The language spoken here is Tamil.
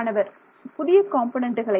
மாணவர் புதிய காம்பொனன்ட்டுகளை